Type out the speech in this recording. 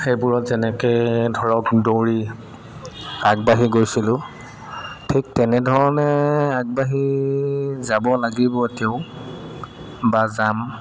সেইবোৰত যেনেকৈ ধৰক দৌৰি আগবাঢ়ি গৈছিলোঁ ঠিক তেনেধৰণে আগবাঢ়ি যাব লাগিব তেওঁক বা যাম